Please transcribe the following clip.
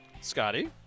Scotty